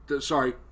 Sorry